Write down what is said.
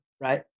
Right